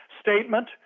statement